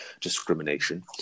discrimination